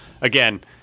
Again